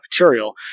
material